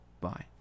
Bye